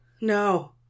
No